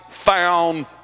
Found